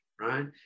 right